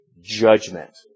judgment